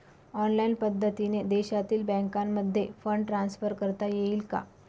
Online पद्धतीने देशातील बँकांमध्ये फंड ट्रान्सफर करता येईल का?